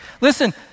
Listen